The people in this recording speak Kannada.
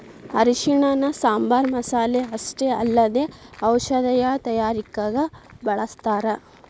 ಅರಿಶಿಣನ ಸಾಂಬಾರ್ ಮಸಾಲೆ ಅಷ್ಟೇ ಅಲ್ಲದೆ ಔಷಧೇಯ ತಯಾರಿಕಗ ಬಳಸ್ಥಾರ